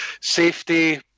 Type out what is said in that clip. safety